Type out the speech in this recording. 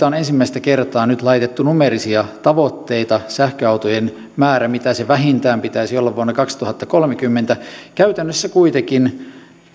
on ensimmäistä kertaa nyt laitettu numeerisia tavoitteita mikä sähköautojen määrän vähintään pitäisi olla vuonna kaksituhattakolmekymmentä käytännössä kuitenkin